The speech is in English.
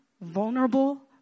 vulnerable